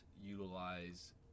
utilize